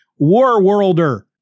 Warworlder